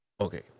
Okay